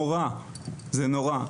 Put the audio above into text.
זה נורא.